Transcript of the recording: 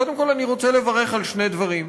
קודם כול, אני רוצה לברך על שני דברים.